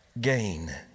gain